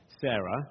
Sarah